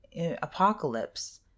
apocalypse